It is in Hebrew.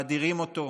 מאדירים אותו,